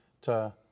to-